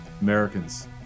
Americans